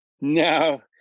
No